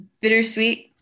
bittersweet